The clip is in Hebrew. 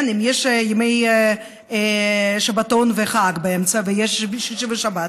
אם יש ימי שבתון וחג באמצע ויש שישי ושבת,